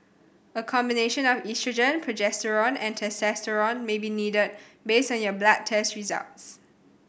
a combination of oestrogen progesterone and testosterone may be needed based on your blood test results